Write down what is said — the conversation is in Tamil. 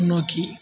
முன்னோக்கி